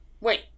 Wait